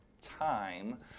time